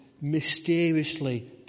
mysteriously